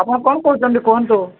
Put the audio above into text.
ଆପଣ କ'ଣ କହୁଛନ୍ତି କୁହନ୍ତୁ